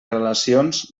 relacions